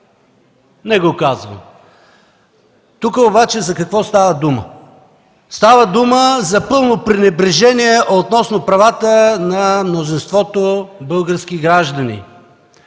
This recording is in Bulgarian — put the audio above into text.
Не го казвам! Тук обаче за какво става дума? Става дума за пълно пренебрежение относно правата на мнозинството български граждани.